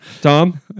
Tom